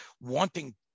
wanting